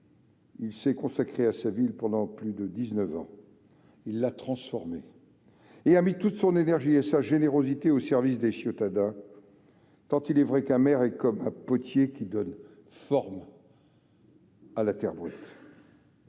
il s'est consacré à sa ville pendant plus de dix-neuf ans, il l'a transformée et a mis toute son énergie et sa générosité au service des Ciotadens, tant il est vrai qu'un maire est comme un potier qui donne forme à la terre brute.